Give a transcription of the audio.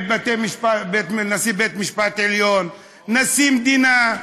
בנשיא בית המשפט העליון, בנשיא המדינה,